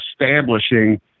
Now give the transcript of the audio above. establishing